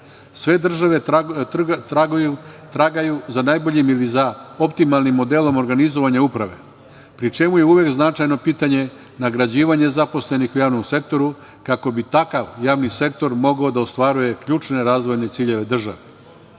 Sve države tragaju za najboljim ili za optimalnim modelom organizovanja uprave, pri čemu je uvek značajno pitanje nagrađivanje zaposlenih u javnom sektoru kako bi takav javni sektor mogao da ostvaruje ključne razvojne ciljeve države.